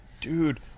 Dude